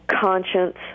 conscience